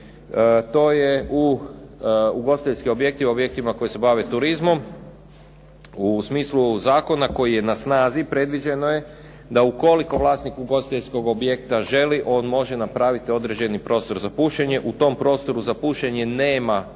to je ugostiteljski objekti i objektima koji se bave turizmom u smislu zakona koji je na snazi predviđenoj, da ukoliko vlasnik ugostiteljskog objekta želi, on može napraviti određeni prostor za pušenje. U tom prostoru za pušenje nema posluživanja,